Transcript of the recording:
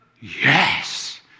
yes